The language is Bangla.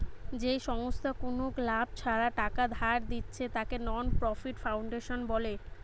যেই সংস্থা কুনো লাভ ছাড়া টাকা ধার দিচ্ছে তাকে নন প্রফিট ফাউন্ডেশন বলে